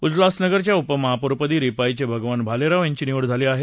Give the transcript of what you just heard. उल्हासनगरच्या उपमहापौरपदी रिपाईचे भगवान भालेराव यांची निवड झाली आहे